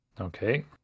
okay